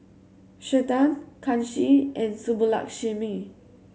Chetan Kanshi and Subbulakshmi